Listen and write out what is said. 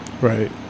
right